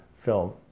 film